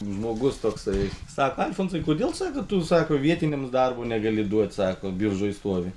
žmogus toksai sako alfonsai kodėl sako tu sako negali vietiniams darbo negali duoti sako biržoj stovi